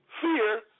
fear